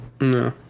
No